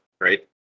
right